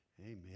amen